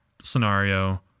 scenario